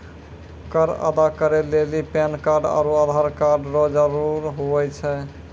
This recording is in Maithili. कर अदा करै लेली पैन कार्ड आरू आधार कार्ड रो जरूत हुवै छै